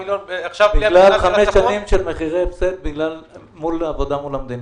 בגלל חמש שנים של מחירי הפסד בגלל עבודה מול המדינה.